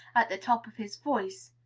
at the top of his voice.